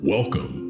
Welcome